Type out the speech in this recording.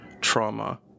trauma